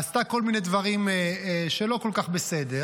עשתה כל מיני דברים שלא כל כך בסדר,